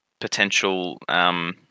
Potential